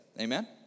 Amen